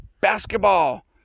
basketball